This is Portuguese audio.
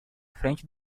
frente